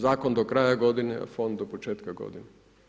Zakon do kraja godine, a Fond do početka godine.